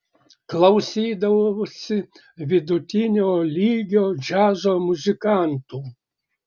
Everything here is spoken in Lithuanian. klausydavausi vidutinio lygio džiazo muzikantų